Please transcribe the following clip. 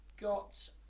got